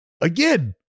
Again